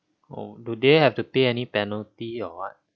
oh do they have to pay any penalty or what